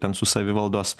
ten su savivaldos